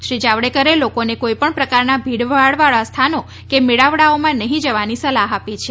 શ્રી જાવડેકરે લોકોને કોઇ પણ પ્રકારના ભીડ ભાડ વાળા સ્થાનો કે મેળાવળાઓમાં નહિ જવાની સલાહ આપી છે